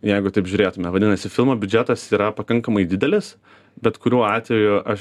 jeigu taip žiūrėtume vadinasi filmo biudžetas yra pakankamai didelis bet kuriuo atveju aš